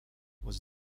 was